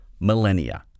millennia